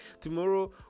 tomorrow